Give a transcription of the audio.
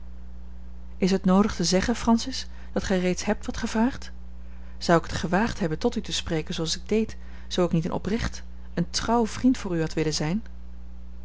is het noodig te zeggen francis dat gij reeds hebt wat gij vraagt zou ik het gewaagd hebben tot u te spreken zooals ik deed zoo ik niet een oprecht een trouw vriend voor u had willen zijn